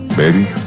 Baby